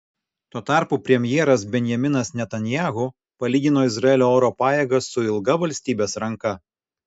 tuo tarpu premjeras benjaminas netanyahu palygino izraelio oro pajėgas su ilga valstybės ranka